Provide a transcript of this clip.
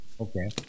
Okay